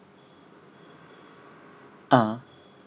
ah